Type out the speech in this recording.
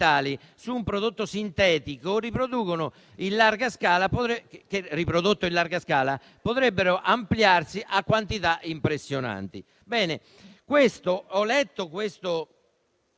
su un prodotto sintetico riprodotto in larga scala potrebbero ampliarsi a quantità impressionanti.